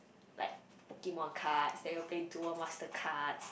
like Pokemon cards then we all play Duo Master cards